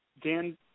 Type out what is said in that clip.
Dan